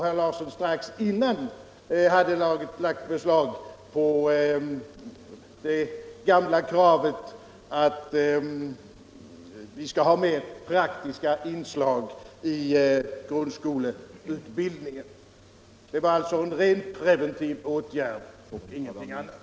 Han hade ju strax innan lagt beslag på det gamla kravet att vi skall ha mer praktiska inslag i grundskoleutbildningen. Det var alltså en rent preventiv åtgärd från min sida och ingenting annat.